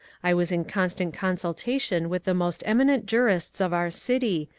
i was in constant consulta tion with the most eminent jurists of our city,